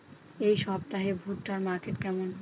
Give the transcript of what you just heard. এই সপ্তাহে ভুট্টার মার্কেট কেমন?